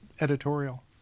editorial